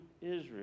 Israel